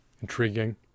intriguing